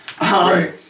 Right